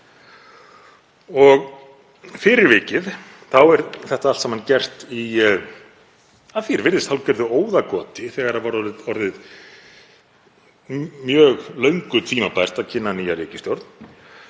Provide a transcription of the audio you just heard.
Fyrir vikið er þetta allt saman gert í, að því er virðist, hálfgerðu óðagoti þegar það var orðið löngu tímabært að kynna nýja ríkisstjórn